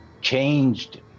changed